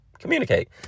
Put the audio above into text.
communicate